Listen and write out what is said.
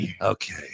okay